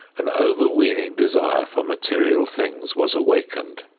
an overweening desire for material things was awakened.